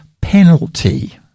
penalty